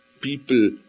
people